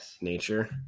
nature